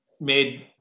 made